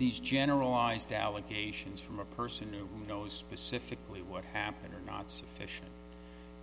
these generalized allegations from a person who knows specifically what happened or not sufficient